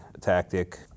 tactic